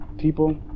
people